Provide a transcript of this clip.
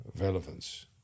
relevance